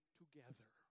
together